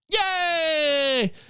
Yay